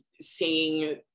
seeing